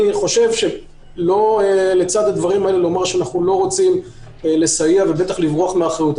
אני חושב שאנחנו לא רוצים לברוח מאחריות,